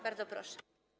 Bardzo proszę.